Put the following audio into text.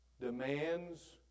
demands